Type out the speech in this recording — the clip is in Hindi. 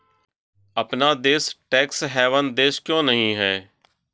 अपना देश टैक्स हेवन देश क्यों नहीं है?